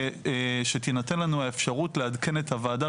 ושתינתן לנו האפשרות לעדכן את הוועדה